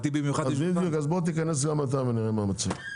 אז בוא תיכנס גם אתה ונראה מה המצב.